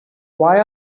why